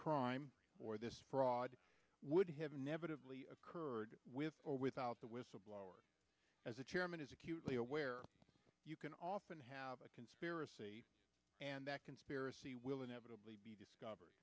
crime or this fraud would have inevitably occurred with or without the whistleblower as the chairman is acutely aware you can often have a conspiracy and that conspiracy will inevitably be discovered